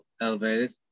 elevated